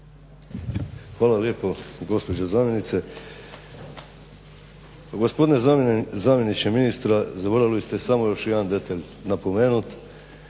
zamjenice. Gospodine zamjeniče ministra zaboravili ste samo još jedan detalj napomenut